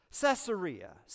Caesarea